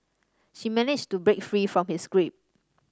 she managed to break free from his grip